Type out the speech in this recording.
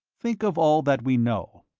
think of all that we know,